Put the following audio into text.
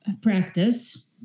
practice